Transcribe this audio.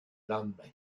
lendemain